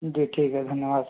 जी ठीक है धन्यवाद